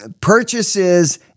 purchases